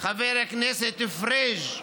חבר הכנסת פריג',